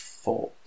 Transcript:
Four